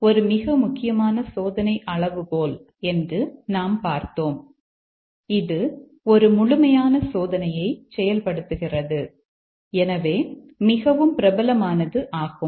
இது ஒரு மிக முக்கியமான சோதனை அளவுகோல் என்று நாம் பார்த்தோம் இது ஒரு முழுமையான சோதனையை செயல்படுத்துகிறது எனவே மிகவும் பிரபலமானது ஆகும்